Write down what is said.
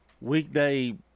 weekday